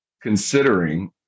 considering